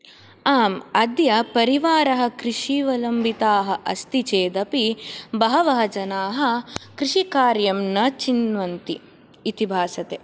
आम् अद्य परिवारः कृषिवलम्बिताः अस्ति चेदपि बहवः जनाः कृषिकार्यं न चिन्वन्ति इति भासते